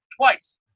Twice